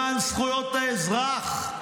למען זכויות האזרח,